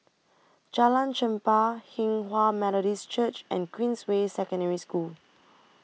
Jalan Chempah Hinghwa Methodist Church and Queensway Secondary School